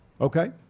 Okay